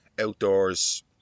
outdoors